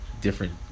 different